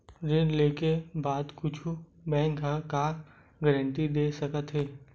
ऋण लेके बाद कुछु बैंक ह का गारेंटी दे सकत हे?